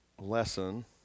lesson